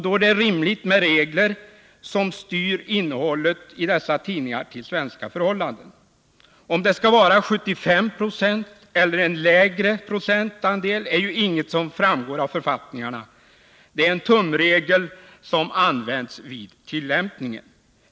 Det är rimligt att ha regler som styr innehållet i dessa tidningar till svenska förhållanden. Om det skall vara 70 96 eller en lägre procentandel framgår inte av författningarna, utan det är bara en tumregel som använts vid tillämpningen.